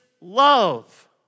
love